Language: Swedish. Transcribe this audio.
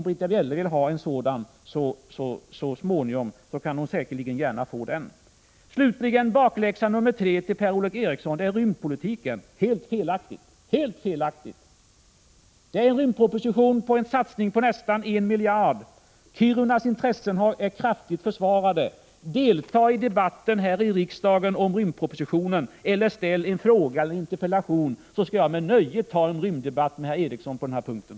Om Britta Bjelle vill ha en sådan, kan hon säkerligen få den så småningom. Slutligen bakläxa nr 3 till Per-Ola Eriksson. Den gäller rymdpolitiken — helt felaktigt! Det är fråga om en proposition om en rymdsatsning på nästan 1 miljard kronor. Kirunas intressen är kraftfullt försvarade. Delta i debatten om rymdpropositionen här i riksdagen, eller framställ en fråga eller en interpellation, så skall jag med nöje ta en rymddebatt med herr Eriksson på den punkten!